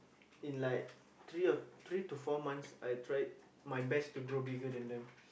in like three or three to four months I tried my best to grow bigger than them